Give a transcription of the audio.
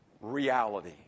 Reality